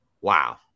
wow